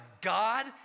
God